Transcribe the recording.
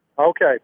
Okay